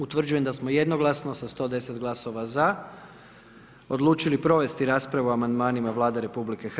Utvrđujem da smo jednoglasno, sa 110 glasova za odlučili provesti raspravu o amandmanima Vlade RH.